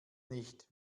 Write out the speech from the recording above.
nicht